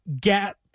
gap